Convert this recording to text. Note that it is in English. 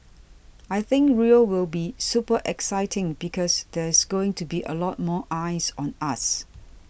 I think Rio will be super exciting because there's going to be a lot more eyes on us